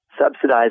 Subsidized